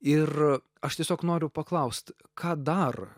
ir aš tiesiog noriu paklaust ką dar